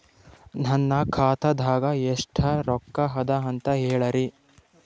ನನ್ನ ಖಾತಾದಾಗ ಎಷ್ಟ ರೊಕ್ಕ ಅದ ಅಂತ ಹೇಳರಿ?